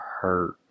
hurt